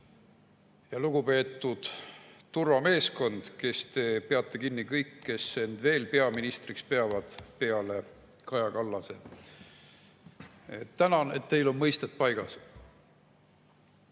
Lugupeetud turvameeskond, kes te peate kinni kõik, kes end veel peaministriks peavad peale Kaja Kallase! Tänan, et teil on mõisted paigas. Aga